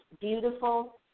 beautiful